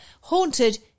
haunted